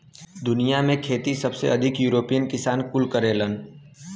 दुनिया में खेती सबसे अधिक यूरोपीय किसान कुल करेलन